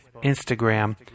Instagram